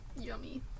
Yummy